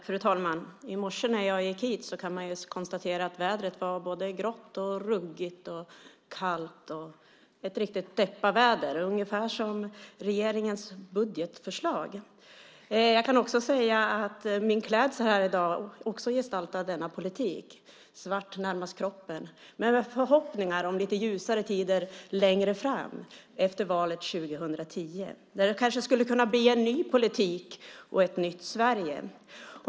Fru talman! I morse när jag gick hit kunde jag konstatera att det var grått, ruggigt och kallt - ett riktigt depparväder, ungefär som regeringens budgetförslag. Jag kan säga att min klädsel här i dag också gestaltar denna politik - svart närmast kroppen men med förhoppningar om lite ljusare tider längre fram, efter valet 2010, när det kanske kan bli en ny politik och ett nytt Sverige.